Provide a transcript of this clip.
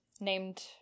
named